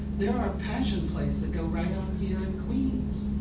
there are passion plays that go right on here in queens.